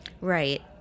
Right